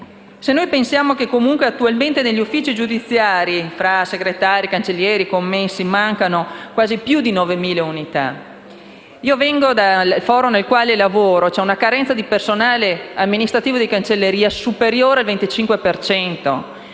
Basti pensare che attualmente, negli uffici giudiziari, tra segretari, cancellieri e commessi mancano più di 9.000 unità: nel foro in cui lavoro, c'è una carenza di personale amministrativo di cancelleria superiore al 25